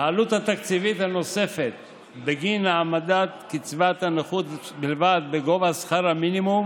העלות התקציבית הנוספת בגין העמדת קצבת הנכות בלבד בגובה שכר מינימום